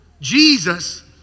Jesus